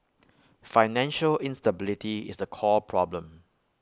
financial instability is the core problem